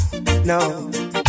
no